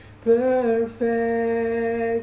perfect